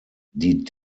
die